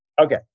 Okay